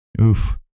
Oof